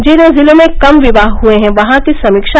जिन जिलों में कम विवाह हुये हैं वहां की समीक्षा